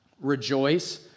rejoice